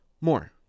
More